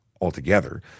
altogether